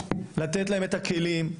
לתת להם את הכלים,